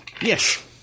Yes